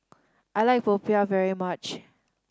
I like popiah very much